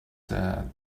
that